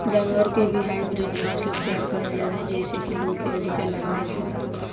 जानवर के भी हाईब्रिड नसल तैयार कईल जाता जेइसे की लोग के अधिका लाभ मिल सके